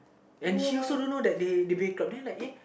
then he also don't know that they they break up